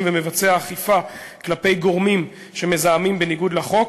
ומבצע אכיפה כלפי גורמים שמזהמים בניגוד לחוק.